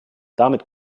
damit